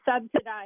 subsidized